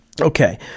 Okay